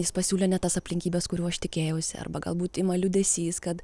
jis pasiūlė ne tas aplinkybes kurių aš tikėjausi arba galbūt ima liūdesys kad